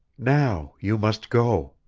now you must go!